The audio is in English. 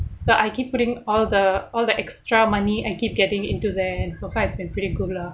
so I keep putting all the all the extra money and keep getting into there and so far it's been pretty good lah